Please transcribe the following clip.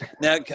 Now